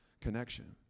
connection